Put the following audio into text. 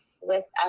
West